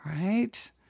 right